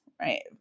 right